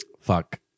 Fuck